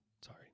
Sorry